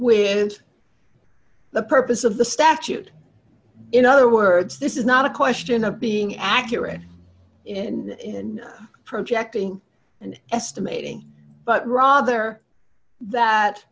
with the purpose of the statute in other words this is not a question of being accurate in projecting and estimating but rather that